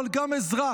אבל גם עזרה,